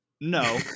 no